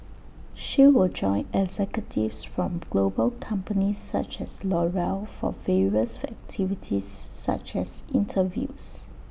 she will join executives from global companies such as L'Oreal for various activities such as interviews